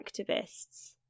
activists